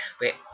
Wait